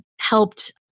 helped